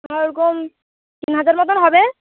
আর কম তিন হাজার মতন হবে